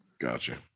Gotcha